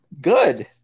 Good